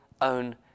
own